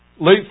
Late